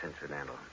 incidental